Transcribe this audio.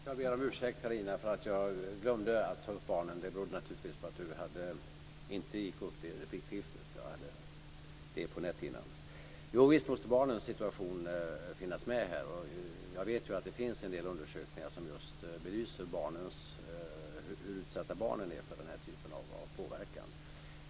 Fru talman! Jag ber Carina Hägg om ursäkt för att jag glömde att ta upp barnen. Det berodde naturligtvis på att hon inte gick upp i replikskiftet. Visst måste barnens situation tas upp här. Jag vet att det finns en del undersökningar som belyser hur utsatta barnen är för den här typen av påverkan.